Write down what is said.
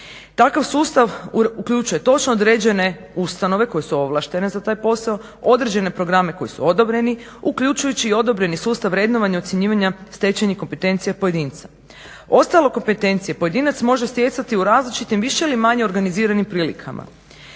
Takav sustav uključuje točno određene ustanove koje su ovlaštene za taj posao, određene programe koji su odobreni uključujući i odobreni sustav vrednovanja, ocjenjivanja stečenih kompetencija pojedinca. Ostale kompetencije pojedinac može stjecati u različitim više ili manje organiziranim prilikama.